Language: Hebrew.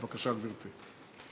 בבקשה, גברתי.